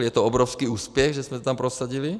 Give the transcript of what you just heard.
Je to obrovský úspěch, že jsme to tam prosadili.